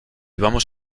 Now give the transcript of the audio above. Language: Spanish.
vamos